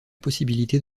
possibilité